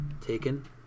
taken